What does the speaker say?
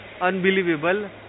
unbelievable